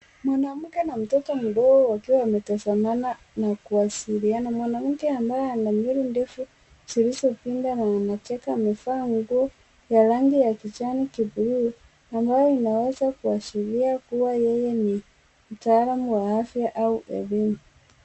Mwanamke na mtoto mdogo wakiwa wametazamana na kuwasiliana. Mwanamke ambaye ana nywele ndefu zilizopinda na anacheka, amevaa nguo ya rangi ya kijani-kibuluu ambayo inaweza kuashiria kuwa yeye ni mtaalam wa afya au levena